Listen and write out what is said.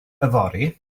fory